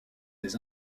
des